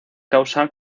causa